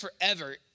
forever